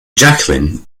jacqueline